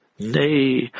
Nay